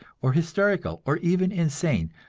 or hysterical, or even insane,